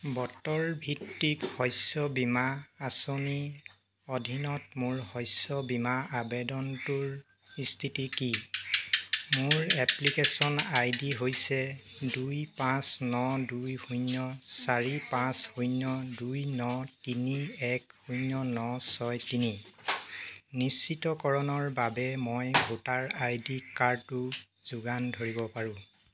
বতৰ ভিত্তিক শস্য বীমা আঁচনিৰ অধীনত মোৰ শস্য বীমা আবেদনটোৰ স্থিতি কি মোৰ এপ্লিকেচন আই ডি হৈছে দুই পাঁচ ন দুই শূন্য চাৰি পাঁচ শূন্য দুই ন তিনি এক শূন্য ন ছয় তিনি নিশ্চিতকৰণৰ বাবে মই ভোটাৰ আই ডি কাৰ্ডো যোগান ধৰিব পাৰোঁ